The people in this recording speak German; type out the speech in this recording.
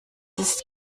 ist